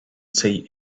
say